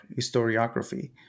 historiography